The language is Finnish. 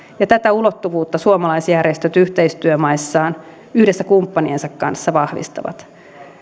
ja tätä ulottuvuutta suomalaisjärjestöt yhteistyömaissaan yhdessä kumppaniensa kanssa vahvistavat